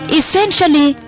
essentially